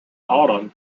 autumn